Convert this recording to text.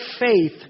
faith